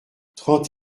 trente